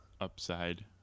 upside